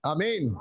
Amen